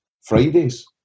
Fridays